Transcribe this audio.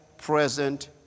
present